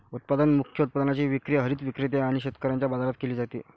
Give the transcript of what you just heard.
उत्पादन मुख्य उत्पादनाची विक्री हरित विक्रेते आणि शेतकऱ्यांच्या बाजारात केली जाते